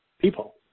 people